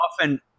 often